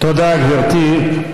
תודה, גברתי.